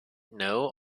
know